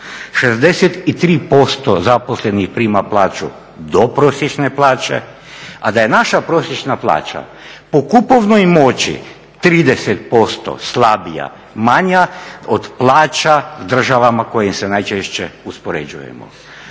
63% zaposlenih prima plaću do prosječne plaće, a da je naša prosječna plaća po kupovnoj moći 30% slabija, manja od plaća državama s kojima se najčešće uspoređujemo.